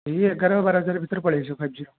ଏ ଏଗାର ବାର ହଜାର ଭିତରେ ପଳାଇ ଆସିବ ଫାଇପ ଜି